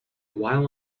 while